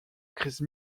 crise